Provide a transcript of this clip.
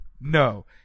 No